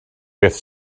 beth